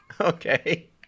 Okay